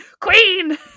queen